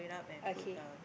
okay